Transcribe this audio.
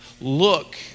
Look